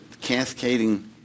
cascading